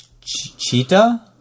Cheetah